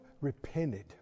repented